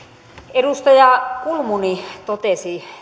edustaja kulmuni totesi